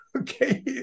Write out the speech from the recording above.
okay